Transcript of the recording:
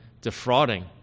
defrauding